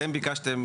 אתם ביקשתם,